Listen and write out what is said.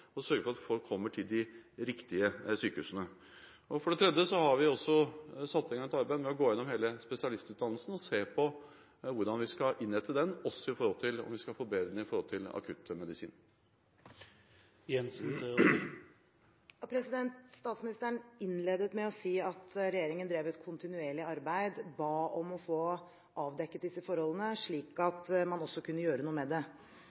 og sørger for at folk kommer til de riktige sykehusene. For det tredje har vi også satt i gang et arbeid med å gå gjennom hele spesialistutdannelsen og se på hvordan vi skal innrette den, også når det gjelder om vi skal forbedre den med hensyn til akuttmedisin. Statsministeren innledet med å si at regjeringen drev et kontinuerlig arbeid, ba om å få avdekket disse forholdene, slik at man også kunne gjøre noe med det.